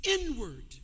inward